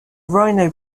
rhino